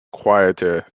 quieter